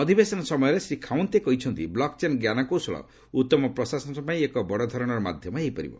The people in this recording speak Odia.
ଅଧିବେଶନ ସମୟରେ ଶ୍ରୀ ଖାଉନ୍ତେ କହିଛନ୍ତି ବ୍ଲକ୍ଚେନ୍ ଜ୍ଞାନକୌଶଳ ଉତ୍ତମ ପ୍ରଶାସନ ପାଇଁ ଏକ ବଡ଼ଧରଣର ମାଧ୍ୟମ ହୋଇପାରିବ